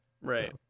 Right